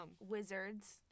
Wizards